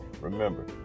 Remember